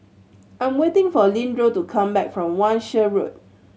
I'm waiting for Leandro to come back from Wan Shih Road